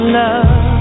love